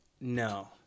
No